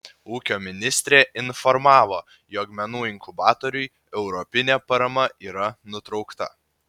ūkio ministrė informavo jog menų inkubatoriui europinė parama yra nutraukta